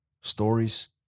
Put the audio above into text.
stories